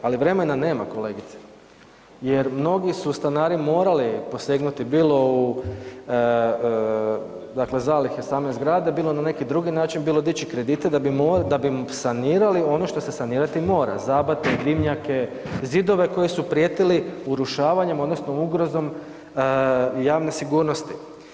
Ali vremena nema kolegice jer mnogi su stanari morali posegnuti bilo u zalihe same zgrade, bilo na neki drugi način, bilo dići kredite da bi sanirali ono što se sanirati mora zabate, dimnjake, zidove koji su prijetili urušavanjem odnosno ugrozom javne sigurnosti.